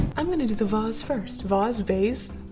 i'm going to do the vase first. vase? vase?